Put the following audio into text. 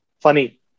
funny